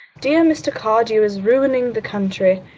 dear mr. cardew is ruining the country.